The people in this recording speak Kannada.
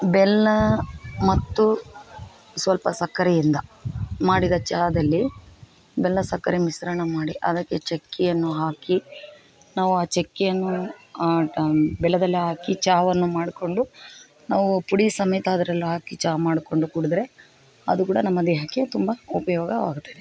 ಬೆಲ್ಲ ಮತ್ತು ಸ್ವಲ್ಪ ಸಕ್ಕರೆಯಿಂದ ಮಾಡಿದ ಚಹಾದಲ್ಲಿ ಬೆಲ್ಲ ಸಕ್ಕರೆ ಮಿಶ್ರಣ ಮಾಡಿ ಅದಕ್ಕೆ ಚಕ್ಕೆಯನ್ನು ಹಾಕಿ ನಾವು ಆ ಚಕ್ಕೆಯನ್ನು ಬೆಲ್ಲದಲ್ಲಿ ಹಾಕಿ ಚಹಾವನ್ನು ಮಾಡಿಕೊಂಡು ನಾವು ಪುಡಿ ಸಮೇತ ಅದರಲ್ಲಿ ಹಾಕಿ ಚಹಾ ಮಾಡಿಕೊಂಡು ಕುಡಿದ್ರೆ ಅದು ಕೂಡ ನಮ್ಮ ದೇಹಕ್ಕೆ ತುಂಬ ಉಪಯೋಗವಾಗುತ್ತದೆ